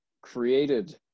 created